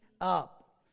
up